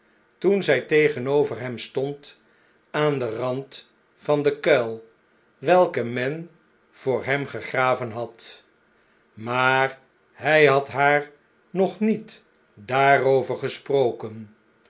toen zj tegenover hem stond aan den rand van den kuil welken men voor hem gegraven had maar hij had haar nog niet daarover gesproken